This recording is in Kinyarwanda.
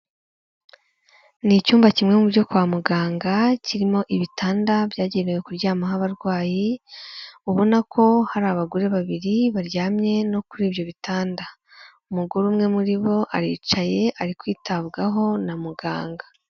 Ni icyumba kimwe mu byo kwa muganga, kirimo ibitanda byagenewe kuryamaho abarwayi, ubona ko hari abagore babiri baryamye no kuri ibyo bitanda. Umugore umwe muri bo aricaye ari kwitabwaho na muganga.